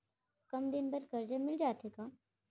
कम दिन बर करजा मिलिस जाथे का?